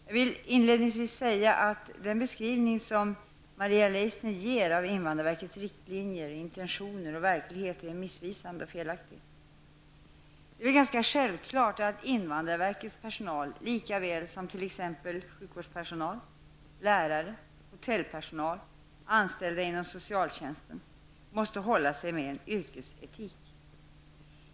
Jag vill inledningsvis säga att den beskrivning som Maria Leissner ger av invandrarverkets riktlinjer, intentioner och verklighet är missvisande och felaktig. Det är väl ganska självklart att invandrarverkets personal lika väl som t.ex. sjukvårdspersonal, lärare, hotellpersonal och anställda inom socialtjänsten måste hålla sig med en yrkesetik.